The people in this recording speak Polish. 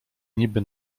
niby